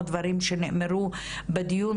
או דברים שנאמרו בדיון,